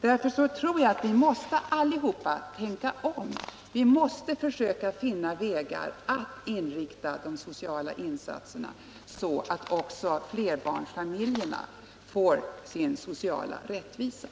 Därför tror jag att vi alla måste tänka om och försöka finna vägar att inrikta de sociala insatserna så, att också flerbarnsfamiljerna får sin sociala rättvisa.